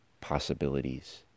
possibilities